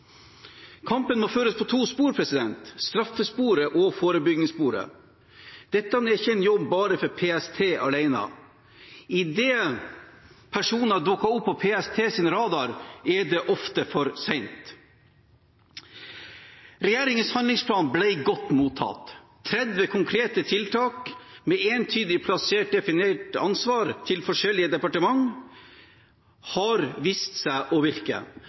Kampen må føres langs to spor – straffesporet og forebyggingssporet. Dette er ikke en jobb bare for PST alene. Idet personer dukker opp på PSTs radar, er det ofte for sent. Regjeringens handlingsplan ble godt mottatt. 30 konkrete tiltak med entydig plassert, definert ansvar til forskjellige departement har vist seg å virke.